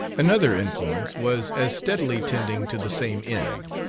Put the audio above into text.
another influence was as steadily tending to the same end.